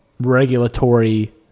regulatory